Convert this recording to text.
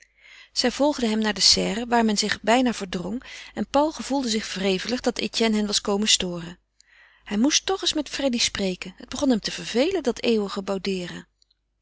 zij volgden hem naar de serre waar men zich bijna verdrong en paul gevoelde zich wrevelig dat etienne hen was komen storen hij moest toch eens met freddy spreken het begon hem te vervelen dat eeuwige boudeeren